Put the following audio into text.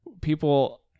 people